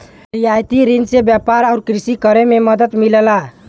रियायती रिन से व्यापार आउर कृषि करे में मदद मिलला